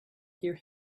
hear